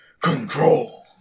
control